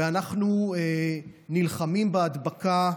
ואנחנו נלחמים בהדבקה,